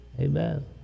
Amen